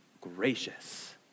gracious